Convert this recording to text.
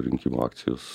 rinkimų akcijos